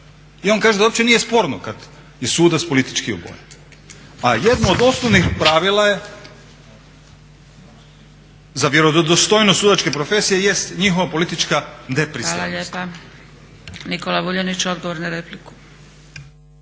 i on kaže da uopće nije sporno kada je sudac politički obojan. A jedno od osnovnih pravila je za vjerodostojnost sudačke profesije jest njihova politička depristranost. **Zgrebec, Dragica (SDP)** Hvala lijepa. Nikola Vuljanić odgovor na repliku.